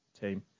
team